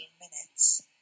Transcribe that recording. minutes